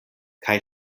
kaj